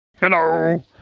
Hello